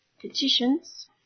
petitions